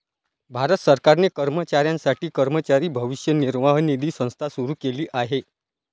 भारत सरकारने कर्मचाऱ्यांसाठी कर्मचारी भविष्य निर्वाह निधी संस्था सुरू केली आहे